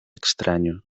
extraño